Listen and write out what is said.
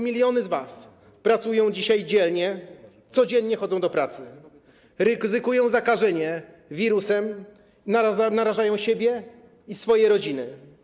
Miliony z was pracują dzisiaj dzielnie, codziennie chodzą do pracy, ryzykują zakażenie wirusem, narażają siebie i swoje rodziny.